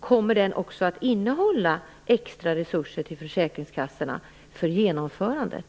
Kommer den också att innehålla extra resurser till försäkringskassorna för genomförandet?